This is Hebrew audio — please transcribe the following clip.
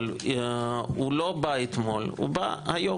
אבל הוא לא אתמול, הוא בא היום,